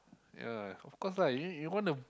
ya of course lah you you want to